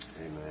Amen